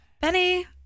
Benny